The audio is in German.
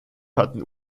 hatten